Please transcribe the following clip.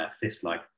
fist-like